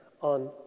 on